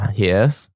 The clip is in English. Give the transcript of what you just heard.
Yes